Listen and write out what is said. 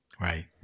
right